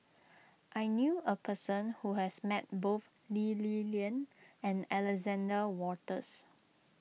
I knew a person who has met both Lee Li Lian and Alexander Wolters